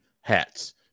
hats